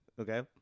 Okay